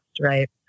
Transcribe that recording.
right